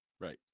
Right